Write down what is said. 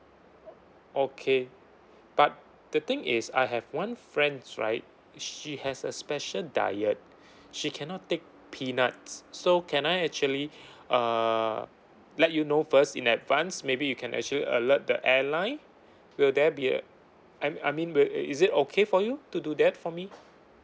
okay but the thing is I have one friends right she has a special diet she cannot take peanuts so can I actually uh let you know first in advance maybe you can actually alert the airline will there be uh I'm I mean will is it okay for you to do that for me